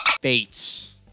fates